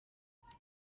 kuba